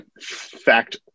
fact